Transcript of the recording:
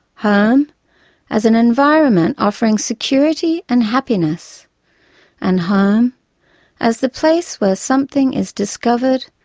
home as an environment offering security and happiness and home as the place where something is discovered,